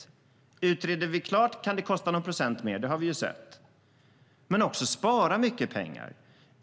Om vi utreder klart kan det kosta någon procent mer. Det har vi sett. Men det kan också spara mycket pengar.